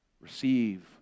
receive